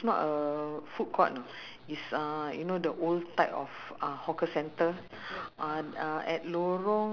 four years to modify the stock instead of using pork bones